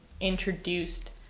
introduced